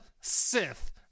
sith